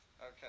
Okay